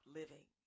living